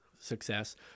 success